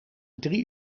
drie